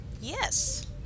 Yes